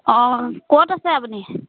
অঁ ক'ত আছে আপুনি